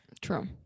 True